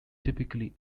typically